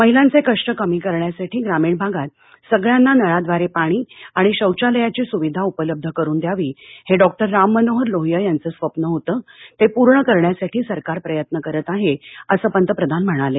महिलांचे कष्ट कमी करण्यासाठी ग्रामीण भागात सगळ्यांना नळाद्वारे पाणी आणि शौचालयाची सुविधा उपलब्ध करुन द्यावी हे डॉक्टर राम मनोहर लोहिया यांचं स्वप्न होतं ते पूर्ण करण्यासाठी सरकार प्रयत्न करत आहे असं पंतप्रधान म्हणाले